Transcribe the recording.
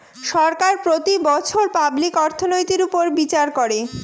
সরকার প্রতি বছর পাবলিক অর্থনৈতির উপর বিচার করে